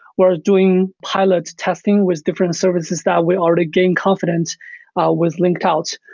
we're doing pilot testing with different services that we already gained confident with link out.